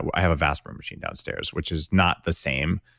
i have a vest burn machine downstairs which is not the same,